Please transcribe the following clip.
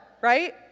right